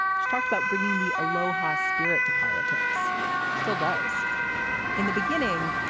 she talked about bringing the aloha spirit to politics still does in the beginning.